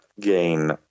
gain